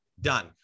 done